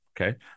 Okay